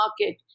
market